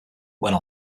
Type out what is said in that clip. went